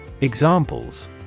Examples